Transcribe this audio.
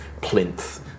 plinth